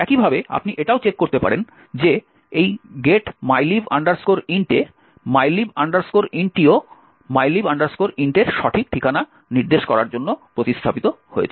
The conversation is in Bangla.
একইভাবে আপনি এটাও চেক করতে পারেন যে এই get mylib int এ mylib int টিও mylib int এর সঠিক ঠিকানা নির্দেশ করার জন্য প্রতিস্থাপিত হয়েছে